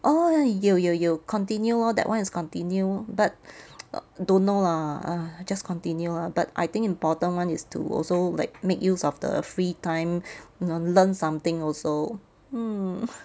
orh 有有有 continue lor that [one] is continue but err don't know lah ah just continue lah but I think important [one] is to also like make use of the free time you know learn something also mm